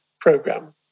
program